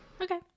Okay